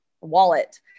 wallet